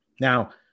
Now